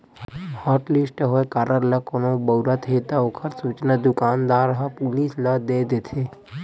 hotlist होए card ल कोनो बउरत हे त ओखर सूचना दुकानदार ह पुलिस ल दे देथे